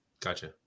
Gotcha